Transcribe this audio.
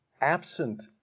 absent